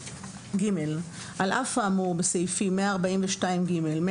(ג)על אף האמור בסעיפים 142ג(א)(4) ו-(5),